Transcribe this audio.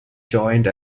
joined